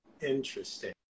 Interesting